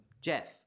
Jeff